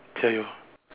tell you